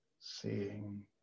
seeing